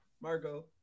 Marco